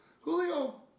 Julio